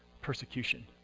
persecution